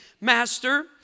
master